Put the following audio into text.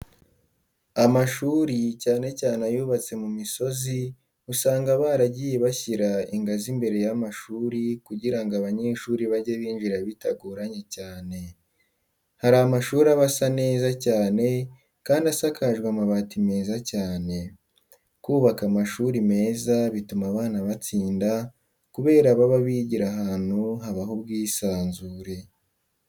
Amashuri cyane cyane ayubatse mu misozi usanga baragiye bashyira ingazi imbere y'amashuri kugira ngo abanyeshuri bajye binjira bitagoranye cyane. Hari amashuri aba asa neza cyane kandi asakajwe amabati meza cyane. Kubaka amashuri meza bituma abana batsinda kubera baba bigira ahantu habaha ubwisanzure.